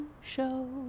Show